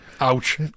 ouch